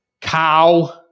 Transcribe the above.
cow